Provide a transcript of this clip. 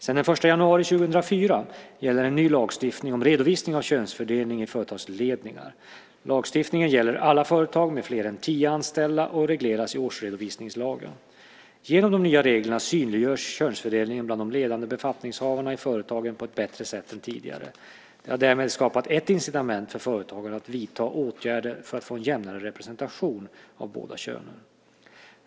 Sedan den 1 januari 2004 gäller en ny lagstiftning om redovisning av könsfördelningen i företagsledningar . Lagstiftningen gäller alla företag med fler än tio anställda och regleras i årsredovisningslagen ). Genom de nya reglerna synliggörs könsfördelningen bland de ledande befattningshavarna i företagen på ett bättre sätt än tidigare. Det har därmed skapats ett incitament för företagen att vidta åtgärder för att få en jämnare representation av båda könen.